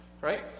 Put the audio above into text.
right